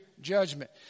judgment